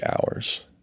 hours